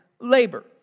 labor